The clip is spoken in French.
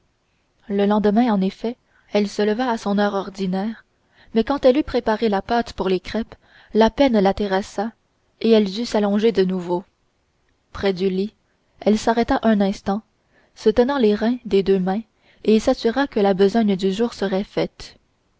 le lendemain en effet elle se leva à son heure ordinaire mais quand elle eut préparé la pâte pour les crêpes la peine la terrassa et elle dut s'allonger de nouveau près du lit elle s'arrêta un instant se tenant les reins des deux mains et s'assura que la besogne du jour serait faite